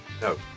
No